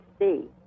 see